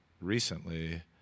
recently